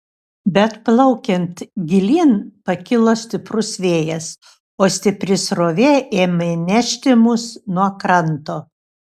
bet plaukiant gilyn pakilo stiprus vėjas o stipri srovė ėmė nešti mus nuo kranto